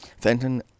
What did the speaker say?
Fenton